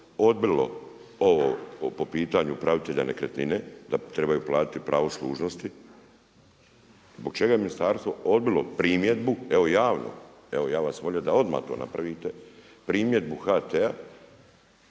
odbilo ovo po pitanju upravitelja nekretnine da trebaju platiti pravo služnosti. Zbog čega je ministarstvo odbilo primjedbu evo javno, evo ja bih vas molio da odmah to napravite primjedbu HT-a